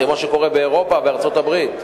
כמו שקורה באירופה ובארצות-הברית.